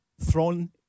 thrown